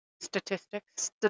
statistics